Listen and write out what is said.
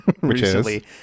recently